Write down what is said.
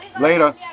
Later